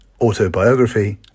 autobiography